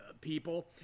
people